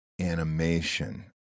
animation